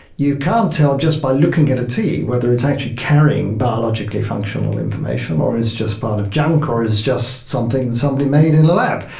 you can't tell just by looking at a t whether it's actually carrying biologically functional information or it's just part of junk or is just something somebody made in a lab.